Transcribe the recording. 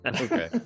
Okay